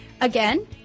Again